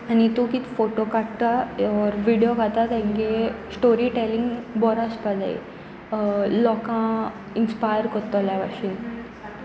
आनी तूं कित फोटो काडटा ऑर विडियो घालता तेंगे स्टोरी टॅलिंग बरो आसपाक जाय लोकां इन्स्पायर कोत्तोले भाशेन